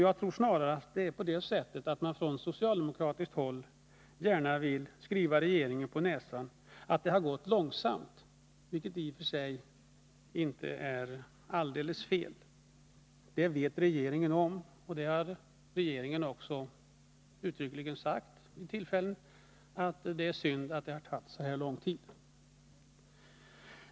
Jag tror snarare att det är på det sättet att man från socialdemokratiskt håll gärna vill skriva regeringen på näsan att det har gått långsamt, vilket i och för sig inte är alldeles fel. Det vet regeringen om, och regeringen har också uttryckligen sagt att det är synd att det har tagit så lång tid.